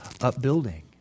upbuilding